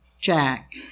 Jack